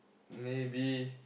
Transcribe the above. maybe